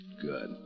Good